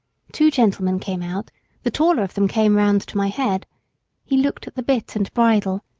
two gentlemen came out the taller of them came round to my head he looked at the bit and bridle,